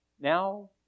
Now